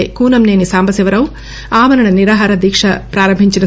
ఎ కూనంసేని సాంబశివరావు ఆమరణ నిరాహార దీకక ప్రారంభించారు